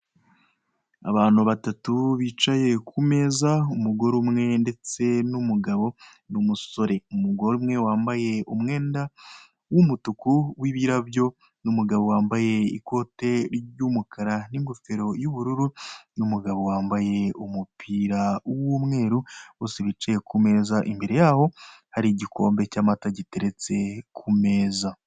Abantu batatu bicaye ku meza, umugore umwe ndetse n'umugabo n'umusore. Umugore umwe wambaye umwenda w'umutuku w'ibirabyo, n'umugabo wambaye ikote ry'umukara n'ingofero y'ubururu, n'umugabo wambaye umupira w'umweru, bose bicaye ku meza, imbere yaho hari igikombe cy'amata giteretse ku meza.